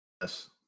Yes